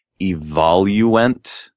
Evoluent